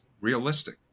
realistic